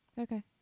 Okay